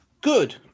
good